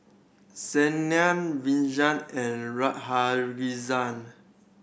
Saina Vishal and Radhakrishnan